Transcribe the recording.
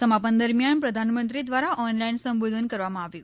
સમાપન દરમિયાન પ્રધાનમંત્રી દ્વારા ઓનલાઇન સંબોધન કરવામાં આવ્યું